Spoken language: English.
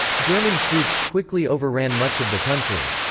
german troops quickly overran much of the country.